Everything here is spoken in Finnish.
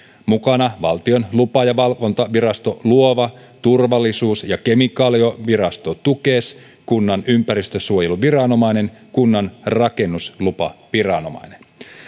mukana ovat valtion lupa ja valvontavirasto luova turvallisuus ja kemikaalivirasto tukes kunnan ympäristönsuojeluviranomainen ja kunnan rakennuslupaviranomainen